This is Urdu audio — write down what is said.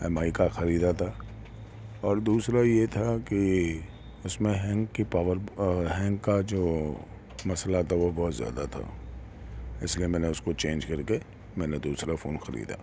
ایم آئی کا خریدا تھا اور دوسرا یہ تھا کہ اس میں ہینگ کی پاور ہینگ کا جو مسئلہ تھا وہ بہت زیادہ تھا اس لیے میں نے اس کو چینج کر کے میں نے دوسرا فون خریدا